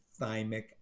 thymic